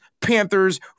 Panthers